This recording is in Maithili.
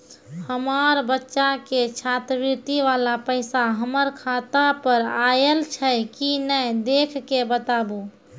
हमार बच्चा के छात्रवृत्ति वाला पैसा हमर खाता पर आयल छै कि नैय देख के बताबू?